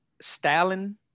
Stalin